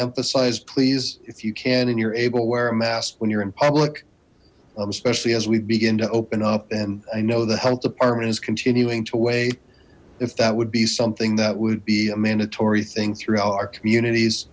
emphasize please if you can and you're able wear a mask when you're in public especially as we begin to open up and i know the health department is continuing to weigh if that would be something that would be a mandatory thing throughout our communities